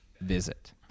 visit